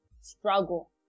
struggle